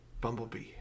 Bumblebee